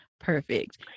Perfect